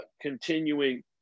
continuing